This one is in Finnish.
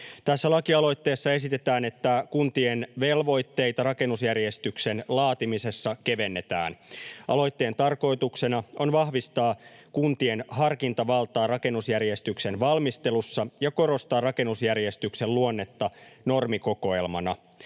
Tässä lakialoitteessa esitetään, että kuntien velvoitteita rakennusjärjestyksen laatimisessa kevennetään. Aloitteen tarkoituksena on vahvistaa kuntien harkintavaltaa rakennusjärjestyksen valmistelussa ja korostaa rakennusjärjestyksen luonnetta normikokoelmana.